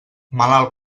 malalt